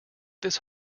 this